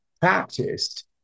practiced